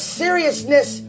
seriousness